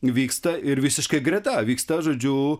vyksta ir visiškai greta vyksta žodžiu